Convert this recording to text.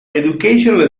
educational